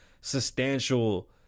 substantial